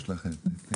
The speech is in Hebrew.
הישיבה ננעלה בשעה